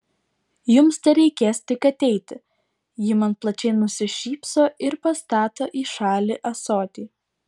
jums tereikės tik ateiti ji man plačiai nusišypso ir pastato į šalį ąsotį